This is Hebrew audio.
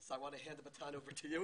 אני לא אנקוב בשמם,